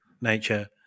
nature